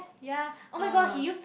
ya oh-my-god he used to